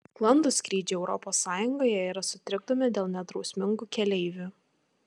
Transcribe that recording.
sklandūs skrydžiai europos sąjungoje yra sutrikdomi dėl nedrausmingų keleivių